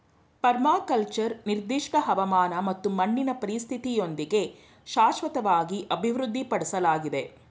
permaculture ನಿರ್ದಿಷ್ಟ ಹವಾಮಾನ ಮತ್ತು ಮಣ್ಣಿನ ಪರಿಸ್ಥಿತಿಯೊಂದಿಗೆ ಶಾಶ್ವತವಾಗಿ ಅಭಿವೃದ್ಧಿಪಡ್ಸಲಾಗಿದೆ